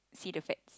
see the fact